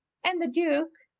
and the duke,